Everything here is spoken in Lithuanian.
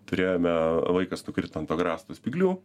turėjome vaikas nukrito ant agrastų spyglių